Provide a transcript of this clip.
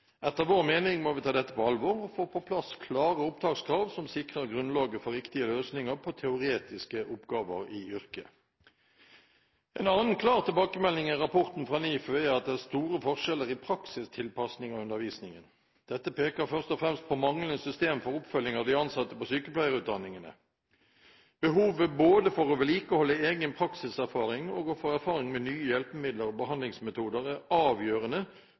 Etter vår mening må vi ta dette på alvor og få på plass klare opptakskrav som sikrer grunnlag for riktige løsninger på teoretiske oppgaver i yrket. En annen klar tilbakemelding i rapporten fra NIFU er at det er store forskjeller i praksistilpasning av undervisningen. Dette peker først og fremst på manglende system for oppfølging av de ansatte på sykepleierutdanningene. Behovet både for å vedlikeholde egen praksiserfaring og å få erfaring med nye hjelpemidler og behandlingsmetoder er avgjørende